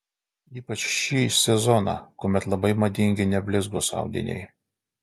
ypač šį sezoną kuomet labai madingi neblizgūs audiniai